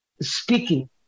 speaking